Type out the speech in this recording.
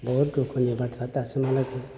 बुहुत दुखुनि बाथ्रा दासिमहालागै